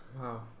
Wow